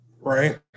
right